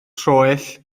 troell